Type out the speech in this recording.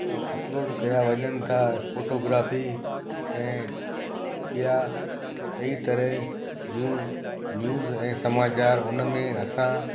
upload कया वञनि था फ़ोटोग्राफ़ी ऐं ॿिया कई तरह जूं न्य़ूज़ ऐं समाचार उनमें असां